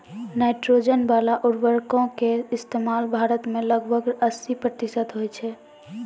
nitrogen बाला उर्वरको के इस्तेमाल भारत मे लगभग अस्सी प्रतिशत होय छै